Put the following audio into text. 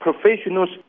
professionals